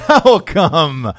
Welcome